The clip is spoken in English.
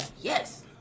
Yes